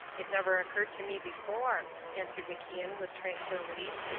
it never occurred to me before, answered macian with tranquillity.